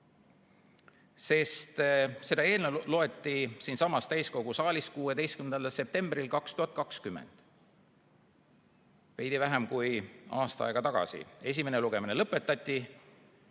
Seda loeti siinsamas täiskogu saalis 16. septembril 2020, veidi vähem kui aasta aega tagasi. Esimene lugemine lõpetati.